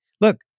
Look